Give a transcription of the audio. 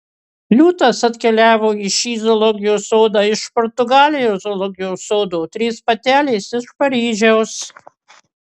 liūtas atkeliavo į šį zoologijos sodą iš portugalijos zoologijos sodo trys patelės iš paryžiaus